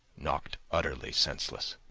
knocked utterly senseless.